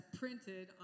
printed